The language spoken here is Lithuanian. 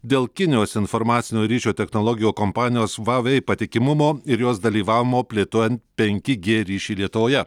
dėl kinijos informacinio ryšio technologijo kompanijos vavei patikimumo ir jos dalyvavimo plėtojant penki g ryšį lietuvoje